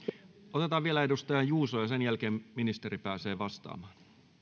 otetaan vielä edustaja juuso ja sen jälkeen ministeri pääsee vastaamaan